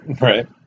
right